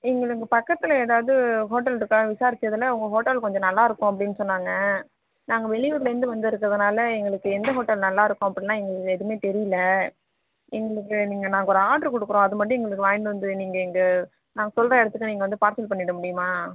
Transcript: எங்கள் இங்கே பக்கத்தில எதாவது ஹோட்டல் இருக்கா விசாரிச்சதுல உங்கள் ஹோட்டல் கொஞ்சம் நல்லாயிருக்கும் அப்படின்னு சொன்னாங்க நாங்கள் வெளியூர்லர்ந்து வந்திருக்கறதுனால எங்களுக்கு எந்த ஹோட்டல் நல்லாருக்கும் அப்புன்னா எங்களுக்கு எதுவுமே தெரியலை எங்களுக்கு நீங்கள் நாங்கள் ஒரு ஆர்டர் கொடுக்க றோம் அது மட்டும் எங்களுக்கு வாய்னுட்டு வந்து நீங்கள் எங்கள் நாங்கள் சொல்லுற இடத்துக்கு நீங்கள் வந்து பார்சல் பண்ணிட முடியுமா